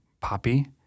Poppy